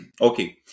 Okay